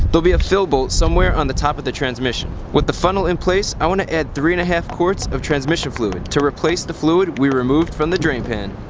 there'll be a fill bolt somewhere on the top of the transmission. with the funnel in place, i want to add three and half quarts of transmission fluid to replace the fluid we removed from the drain pan.